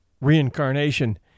reincarnation